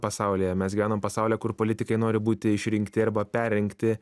pasaulyje mes gyvenam pasaulyje kur politikai nori būti išrinkti arba perrinkti